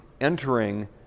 entering